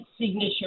signature